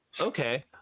Okay